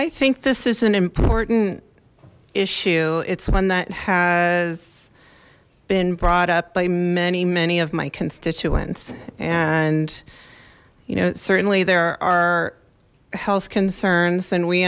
i think this is an important issue it's one that has been brought up by many many of my constituents and you know certainly there are health concerns and we